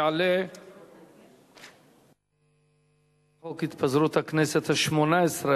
יעלה ויציג את הצעת חוק התפזרות הכנסת השמונה-עשרה,